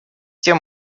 тем